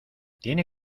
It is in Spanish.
tiene